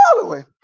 following